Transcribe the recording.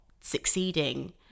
succeeding